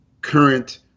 current